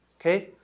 Okay